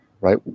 right